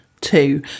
two